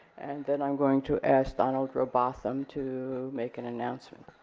and then i'm going to ask donald robotham to make an announcement.